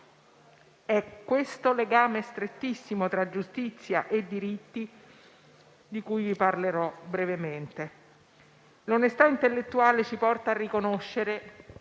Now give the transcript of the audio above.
di questo legame strettissimo tra giustizia e diritti che parlerò brevemente. L'onestà intellettuale ci porta a riconoscere,